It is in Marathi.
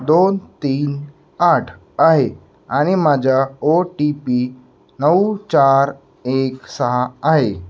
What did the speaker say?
दोन तीन आठ आहे आणि माझा ओ टी पी नऊ चार एक सहा आहे